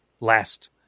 Last